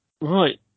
Right